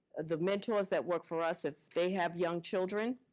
the mentors that work for us, if they have young children,